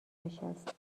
نشست